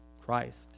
Christ